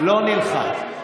לא נלחץ.